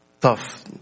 Tough